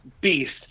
beast